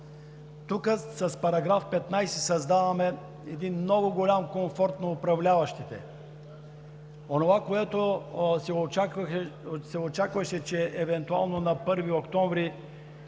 Тук с § 15 създаваме един много голям комфорт на управляващите – онова, което се очакваше, е, че евентуално на 1 октомври